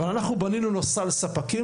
אבל אנחנו בנינו לו סל ספקים.